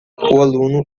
aluno